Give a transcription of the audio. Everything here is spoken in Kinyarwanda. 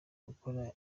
gukora